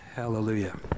Hallelujah